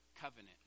covenant